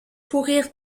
pourrir